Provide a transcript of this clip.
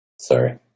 sorry